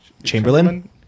Chamberlain